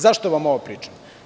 Zašto vam ovo pričam?